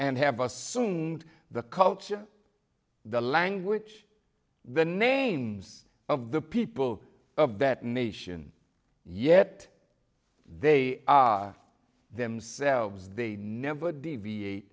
assumed the culture the language the names of the people of that nation yet they themselves they never deviate